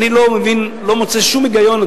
אדוני, אני לא מבין ולא מוצא שום היגיון.